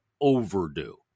overdue